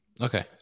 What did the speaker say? Okay